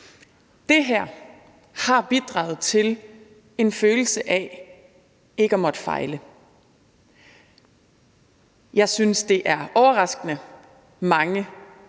Det her har bidraget til en følelse af ikke at måtte fejle. Jeg synes, det er overraskende mange,